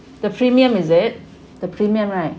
the premium is it the premium right